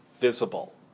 visible